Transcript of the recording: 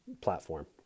platform